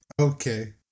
Okay